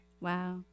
Wow